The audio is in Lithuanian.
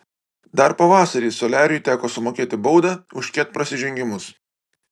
dar pavasarį soliariui teko sumokėti baudą už ket prasižengimus